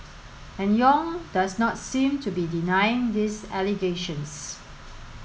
and Yong does not seem to be denying these allegations